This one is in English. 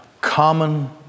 common